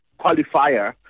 qualifier